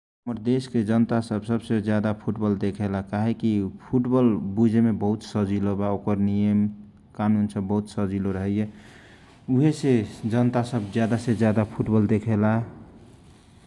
हमर देश के जनता सब सबसे जयादा फुटबल देखेला काहेकी फुटबल बुझे मे बहुत र सजीलो बा ओ कर नियम कानून बहुत सजीलो रहईए उहे से जनता सब जयादा से जयदा फुटबल देखेला ।